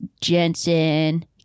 Jensen